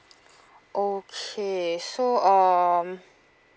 okay so um